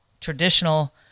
traditional